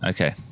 Okay